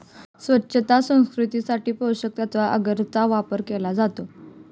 स्वच्छता संस्कृतीसाठी पोषकतत्त्व अगरचा वापर केला जातो